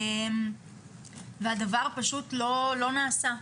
והדבר פשוט לא נעשה.